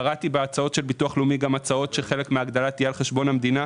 קראתי בהצעות של הביטוח הלאומי שחלק מן ההגדלה תהיה על חשבון המדינה.